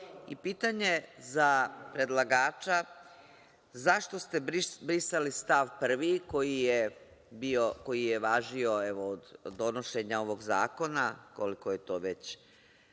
dažbine. Pitanje za predlagača, zašto ste brisali stav prvi koji je važio, evo od donošenja ovog Zakona. Koliko to je već?